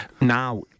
Now